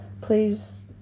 Please